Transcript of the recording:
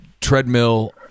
treadmill